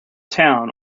town